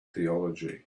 theology